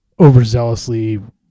overzealously